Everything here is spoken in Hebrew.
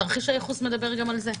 תרחיש הייחוס מדבר גם על זה.